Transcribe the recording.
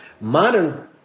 Modern